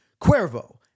Cuervo